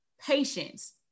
patience